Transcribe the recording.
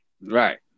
Right